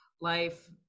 life